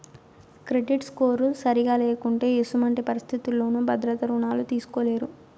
credit score సరిగా లేకుంటే ఎసుమంటి పరిస్థితుల్లోనూ భద్రత రుణాలు తీస్కోలేరు